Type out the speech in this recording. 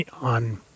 on